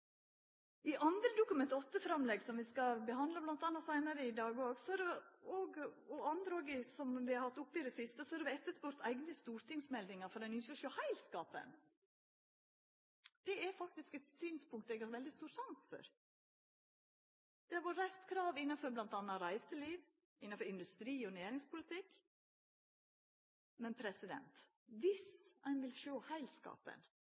I andre Dokument 8-framlegg, bl.a. eit som vi skal behandla seinare i dag, og andre som vi har hatt oppe i det siste, har det vore spurt etter eigne stortingsmeldingar fordi ein ønskjer å sjå heilskapen. Det er eit synspunkt eg har veldig stor sans for. Det har vore reist krav bl.a. innanfor reiseliv, industri og næringspolitikk. Men dersom ein vil sjå heilskapen,